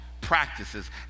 practices